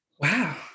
Wow